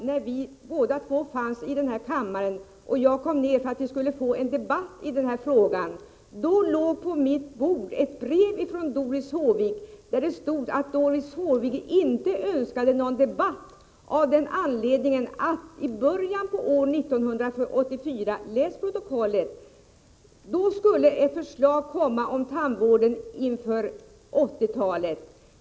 När ärendet var uppe för ett år sedan och jag kom för att få en debatt här i kammaren i frågan låg på min bänk ett brev från Doris Håvik, där det stod att Doris Håvik inte önskade någon debatt av den anledningen att ett förslag om tandvården inför 1980-talet skulle komma i början av år 1984 — läs protokollet!